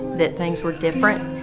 that things were different.